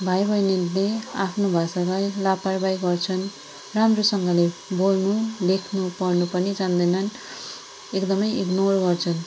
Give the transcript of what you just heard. भाइ बहिनीले आफ्नो भाषालाई लापरवाही गर्छन् राम्रोसँगले बोल्नु लेख्नु पढ्नु पनि जान्दैनन् एकदमै इग्नोर गर्छन्